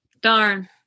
darn